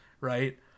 right